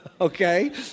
okay